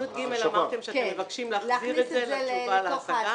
אתם אמרתם לגבי (יג) שאתם מבקשים להחזיר את זה לתוך ההשגה,